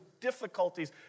difficulties